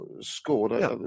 scored